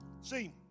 See